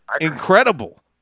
incredible